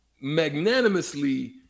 magnanimously